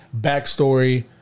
backstory